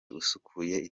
usukuye